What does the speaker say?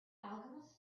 alchemist